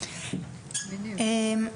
באמת